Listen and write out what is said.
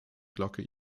glocke